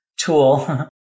tool